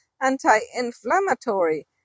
anti-inflammatory